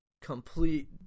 complete